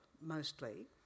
mostly